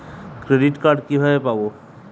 Credit card কিভাবে পাব?